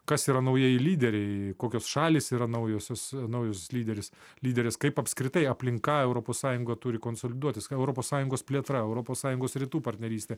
kas yra naujieji lyderiai kokios šalys yra naujosios naujosios lyderės lyderės kaip apskritai aplinka europos sąjunga turi konsoliduotis europos sąjungos plėtra europos sąjungos rytų partnerystė